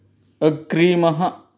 अग्रिमः